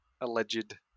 alleged